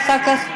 ואחר כך,